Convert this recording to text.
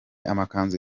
amakanzu